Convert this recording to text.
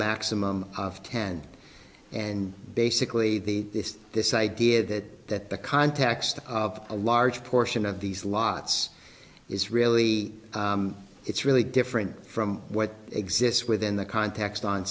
maximum of ten and basically the this idea that that the context of a large portion of these lots is really it's really different from what exists within the context on